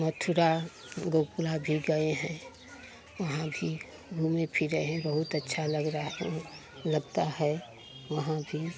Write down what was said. मथुरा गोकुल भी गए हैं वहाँ भी घूमे फिरे हैं बहुत अच्छा लग रहा लगता है वहाँ भी